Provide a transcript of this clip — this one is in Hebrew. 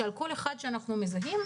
שעל כל אחד שאנחנו מזהים,